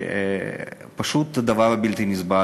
זה פשוט דבר בלתי נסבל.